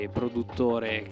produttore